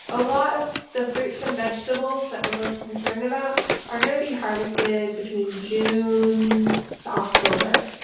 a lot of the fruits and vegetables that we're most concerned about are going to be harvested between june to october.